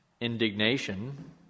indignation